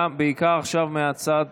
בעיקר עכשיו מהצד